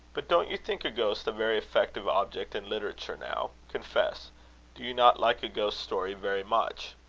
but don't you think a ghost a very effective object in literature now? confess do you not like a ghost-story very much?